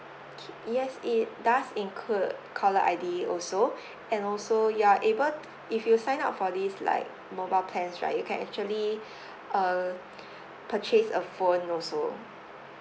okay yes it does include caller I_D also and also you are able if you sign up for this like mobile plans right you can actually uh purchase a phone also